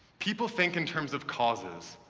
people think in terms of causes,